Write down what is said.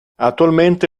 attualmente